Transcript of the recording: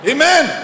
Amen